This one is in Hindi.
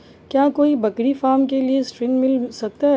क्या कोई बकरी फार्म के लिए ऋण मिल सकता है?